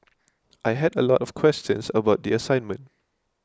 I had a lot of questions about the assignment